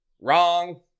Wrong